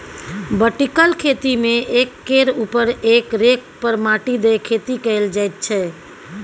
vertical खेती मे एक केर उपर एक रैक पर माटि दए खेती कएल जाइत छै